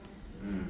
mm